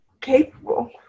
capable